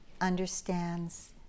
understands